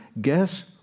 guess